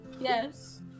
Yes